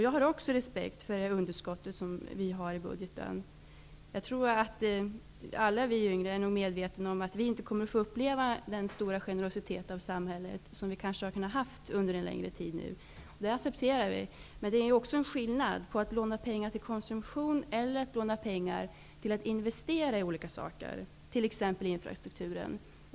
Jag har också respekt för det underskott som vi har i budgeten. Jag tror att alla vi yngre nog är medvetna om att vi inte kommer att få uppleva den stora generositet som samhället kanske har visat under en längre tid. Det accepterar vi. Men det är skillnad mellan att låna pengar till konsumtion och att låna pengar till att investera i olika saker, t.ex. i infrastrukturen.